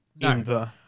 No